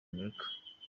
amerika